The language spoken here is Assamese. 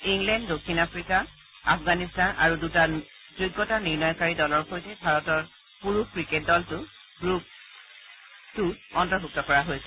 ইংলেণ্ড দক্ষিণ আফ্ৰিকা আফগানিস্তান আৰু দুটা যোগ্যতা নিৰ্ণয়কাৰী দলৰ সৈতে ভাৰতৰ পুৰুষ ক্ৰিকেট দলটো গ্ৰুপ টূ ত অন্তৰ্ভুক্ত কৰা হৈছে